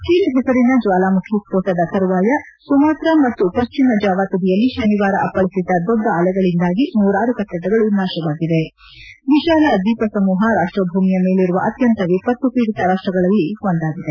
chilled ಹೆಸರಿನ ಜ್ವಾಲಾಮುಖಿ ಸ್ತೋಟದ ತರುವಾಯ ಸುಮಾತ್ರ ಮತ್ತು ಪಶ್ಲಿಮ ಜಾವಾ ತುದಿಯಲ್ಲಿ ತನಿವಾರ ಅಪ್ಪಳಿಸಿದ ದೊಡ್ಡ ಅಲೆಗಳಿಂದ ನೂರಾರು ಕಟ್ಟಡಗಳು ನಾಶವಾಗಿವೆ ವಿಶಾಲ ದ್ವೀಪಸಮೂಪ ರಾಷ್ಸ ಭೂಮಿಯ ಮೇಲಿರುವ ಅತ್ಯಂತ ವಿಪತ್ನು ಪೀಡಿತ ರಾಷ್ಸಗಳಲ್ಲಿ ಒಂದಾಗಿವೆ